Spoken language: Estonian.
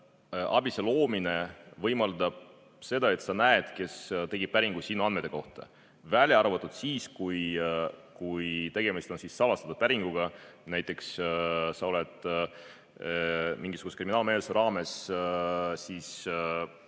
ABIS-e loomine võimaldab seda, et sa näed, kes tegi päringu sinu andmete kohta, välja arvatud siis, kui tegemist on salastatud päringuga, näiteks sa oled mingisuguse kriminaalmenetluse osaline.